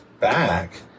back